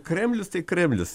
kremlius tai kremlius